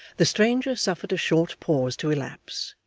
the stranger suffered a short pause to elapse,